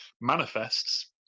manifests